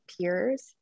peers